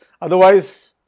Otherwise